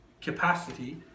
capacity